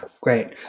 Great